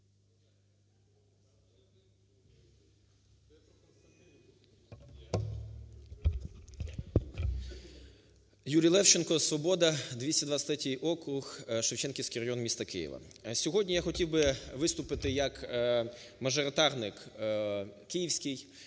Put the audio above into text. ЮрійЛевченко, "Свобода", 223 округ, Шевченківський район міста Києва. Сьогодні я хотів би виступити, як мажоритарник київський,